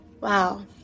wow